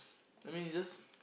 I mean just